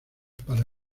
para